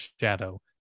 shadow